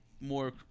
more